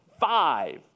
five